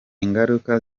ngaruka